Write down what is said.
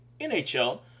NHL